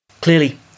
clearly